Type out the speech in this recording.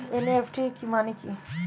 NEFT মানে কি?